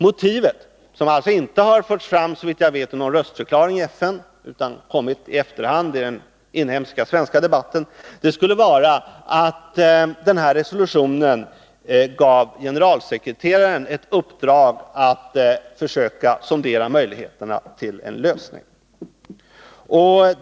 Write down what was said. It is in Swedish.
Motivet — som såvitt jag vet inte har förts fram vid någon röstförklaring i FN, utan endast i efterhand i den inhemska debatten — skulle vara att denna resolution gav generalsekreteraren ett uppdrag att försöka sondera möjligheterna till en lösning.